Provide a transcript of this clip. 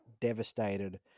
Devastated